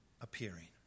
appearing